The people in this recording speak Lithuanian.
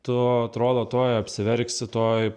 tu atrodo tuoj apsiverksi tuoj